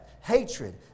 hatred